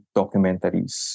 documentaries